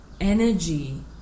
Energy